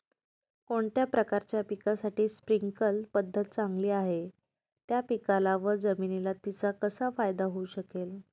कोणत्या प्रकारच्या पिकासाठी स्प्रिंकल पद्धत चांगली आहे? त्या पिकाला व जमिनीला तिचा कसा फायदा होऊ शकेल?